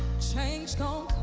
change